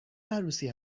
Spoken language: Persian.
عروسی